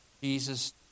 Jesus